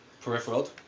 peripheral